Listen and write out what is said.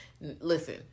listen